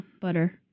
butter